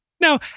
Now